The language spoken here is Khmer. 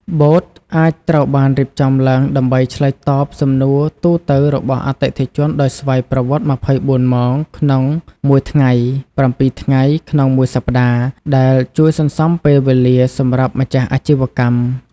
បូតអាចត្រូវបានរៀបចំឡើងដើម្បីឆ្លើយតបសំណួរទូទៅរបស់អតិថិជនដោយស្វ័យប្រវត្តិ ២៤ ម៉ោងក្នុងមួយថ្ងៃ ៧ ថ្ងៃក្នុងមួយសប្ដាហ៍ ដែលជួយសន្សំពេលវេលាសម្រាប់ម្ចាស់អាជីវកម្ម។